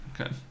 Okay